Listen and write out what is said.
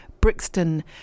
Brixton